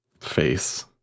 face